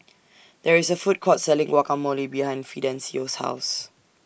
There IS A Food Court Selling Guacamole behind Fidencio's House